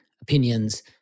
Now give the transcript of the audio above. opinions